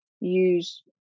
use